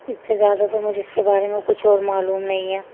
اس سے زیادہ تو مجھے اس کے بارے میں کچھ اور معلوم نہیں ہے